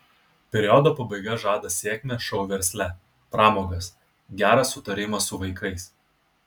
periodo pabaiga žada sėkmę šou versle pramogas gerą sutarimą su vaikais